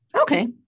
Okay